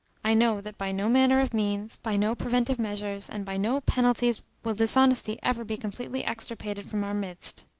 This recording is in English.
i know that by no manner of means, by no preventive measures, and by no penalties will dishonesty ever be completely extirpated from our midst,